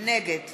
נגד